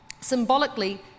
Symbolically